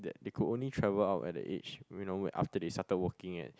that they could only travel out when their age you know after they started working at